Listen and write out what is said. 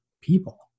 people